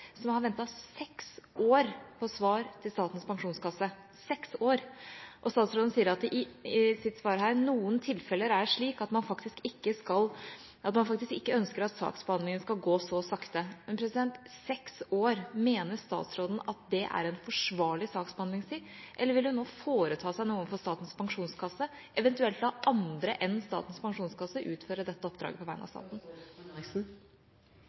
som har ventet seks år på svar fra Statens pensjonskasse – seks år. Statsråden sier i sitt innlegg her at noen tilfeller er slik at man faktisk ikke ønsker at saksbehandlingen skal gå så sakte. Men mener statsråden at seks år er en forsvarlig saksbehandlingstid, eller vil hun nå foreta seg noe overfor Statens pensjonskasse, eventuelt la andre enn Statens pensjonskasse utføre dette oppdraget på vegne av